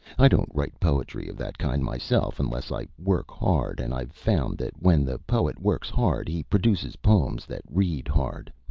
i don't write poetry of that kind myself unless i work hard, and i've found that when the poet works hard he produces poems that read hard.